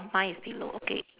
mine is below okay